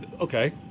okay